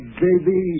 baby